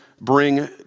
bring